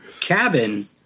cabin